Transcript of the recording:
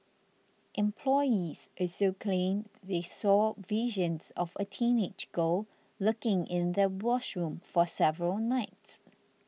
employees also claimed they saw visions of a teenage girl lurking in the washroom for several nights